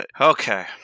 Okay